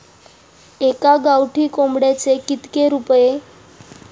एका गावठी कोंबड्याचे कितके रुपये?